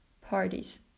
parties